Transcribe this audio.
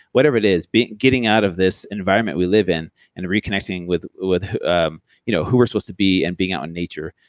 whatever it is. getting out of this environment we live in and reconnecting with with um you know who we're supposed to be and being out in nature.